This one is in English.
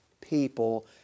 people